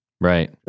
Right